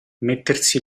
mettersi